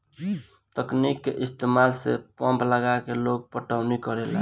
तकनीक के इस्तमाल से पंप लगा के लोग पटौनी करेला